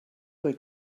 they